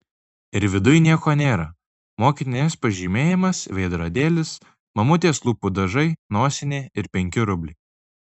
ir viduj nieko nėra mokinės pažymėjimas veidrodėlis mamutės lūpų dažai nosinė ir penki rubliai